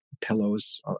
pillows